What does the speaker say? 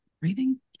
Breathing